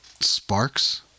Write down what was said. sparks